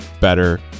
better